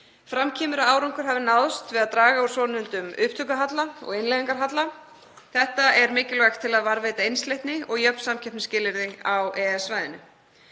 Fram kemur að árangur hafi náðst við að draga úr svonefndum upptökuhalla og innleiðingarhalla. Þetta er mikilvægt til að varðveita einsleitni og jöfn samkeppnisskilyrði á EES-svæðinu.